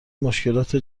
مشکلات